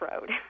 road